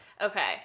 Okay